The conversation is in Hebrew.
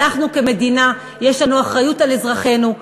אנחנו, כמדינה, יש לנו אחריות לאזרחינו.